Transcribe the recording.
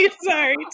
sorry